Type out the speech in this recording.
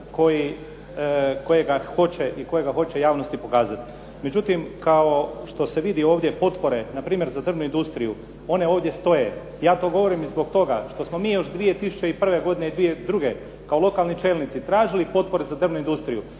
kojega hoće i kojega hoće javnosti pokazati. Međutim, kao što se vidi ovdje, potpore npr. za drvnu industriju, one ovdje stoje. Ja to govorim i zbog toga što smo mi još 2001. godine, 2002. kao lokalni čelnici tražili potpore za drvnu industriju.